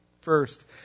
first